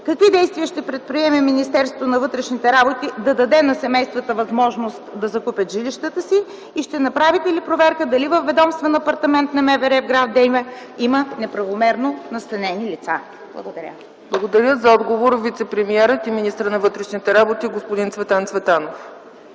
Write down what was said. Какви действия ще предприеме Министерството на вътрешните работи да даде на семействата възможност да закупят жилищата си и ще направите ли проверка дали във ведомствен апартамент на МВР в град Девня има неправомерно настанени лица? Благодаря. ПРЕДСЕДАТЕЛ ЦЕЦКА ЦАЧЕВА: Благодаря. За отговор има думата вицепремиерът и министър на вътрешните работи господин Цветан Цветанов.